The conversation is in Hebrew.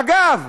אגב,